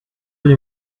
you